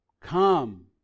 Come